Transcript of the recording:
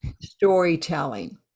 storytelling